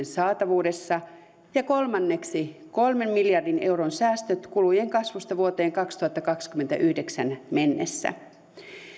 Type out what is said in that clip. saatavuudessa ja kolmanneksi kolmen miljardin euron säästöt kulujen kasvusta vuoteen kaksituhattakaksikymmentäyhdeksän mennessä